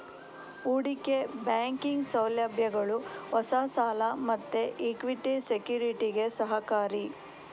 ಹೂಡಿಕೆ ಬ್ಯಾಂಕಿಂಗ್ ಸೌಲಭ್ಯಗಳು ಹೊಸ ಸಾಲ ಮತ್ತೆ ಇಕ್ವಿಟಿ ಸೆಕ್ಯುರಿಟಿಗೆ ಸಹಕಾರಿ